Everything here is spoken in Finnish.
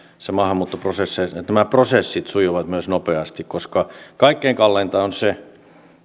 nämä maahanmuuttoprosessit sujuvat myös nopeasti koska kaikkein kalleinta on se